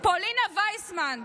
פולינה וייסמן,